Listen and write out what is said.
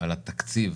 על התקציב